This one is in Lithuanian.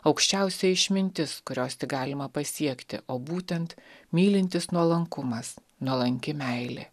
aukščiausioji išmintis kurios tik galima pasiekti o būtent mylintis nuolankumas nuolanki meilė